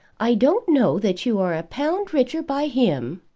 i don't know that you are a pound richer by him.